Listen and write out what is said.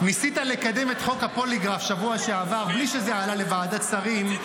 -- ניסית לקדם את חוק הפוליגרף בשבוע שעבר בלי שזה עלה לוועדת שרים.